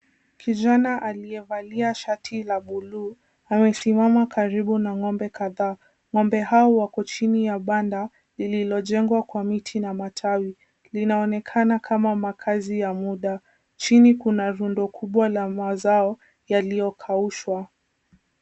Kijana aliyevalia shati la bluu amesimama karibu na ng'ombe kadhaa. Ng'ombe hao wako chini ya banda lililojengwa kwa miti na matawi. Linaonekana kama makaazi ya muda. Chini kuna rundo kubwa la mazao yaliyokaushwa.